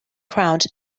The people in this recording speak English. crowned